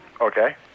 Okay